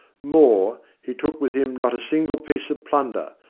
more, he took with him not a single piece of plunder,